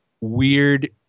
weird